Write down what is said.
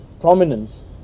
prominence